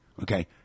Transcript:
okay